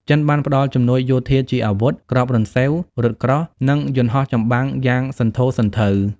ចិនបានផ្ដល់ជំនួយយោធាជាអាវុធ គ្រាប់រំសេវ រថក្រោះ និងយន្តហោះចម្បាំងយ៉ាងសន្ធោសន្ធៅ។